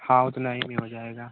हाँ उतना ही में हो जाएगा